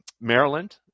maryland